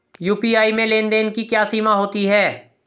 UPI में लेन देन की क्या सीमा होती है?